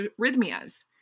arrhythmias